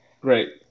Great